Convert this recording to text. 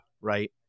right